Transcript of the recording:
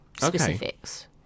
specifics